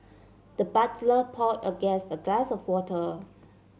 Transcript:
the butler pour a guest a glass of water